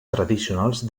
tradicionals